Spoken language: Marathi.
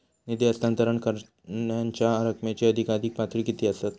निधी हस्तांतरण करण्यांच्या रकमेची अधिकाधिक पातळी किती असात?